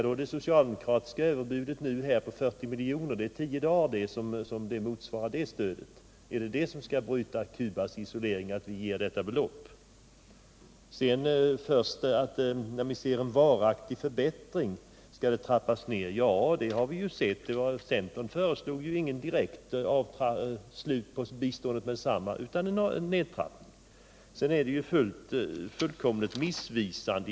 Är det det socialdemokratiska överbudet på 40 miljoner — det motsvarar tio dagars stöd om man jämför med det belopp jag nyss nämnde — som skall bryta Cubas isolering? Mats Hellström sade att biståndet till Cuba bör trappas ner först när vi ser en varaktig förbättring. Då vill jag säga att centern inte har föreslagit att biståndet skulle tas bort direkt, utan vi föreslog en nedtrappning. När det gäller sockerpriserna är de siffror Mats Hellström anförde helt missvisande.